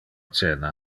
cena